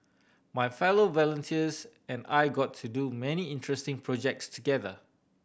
my fellow volunteers and I got to do many interesting projects together